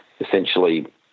essentially